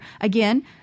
Again